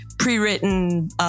Pre-written